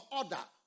order